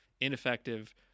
ineffective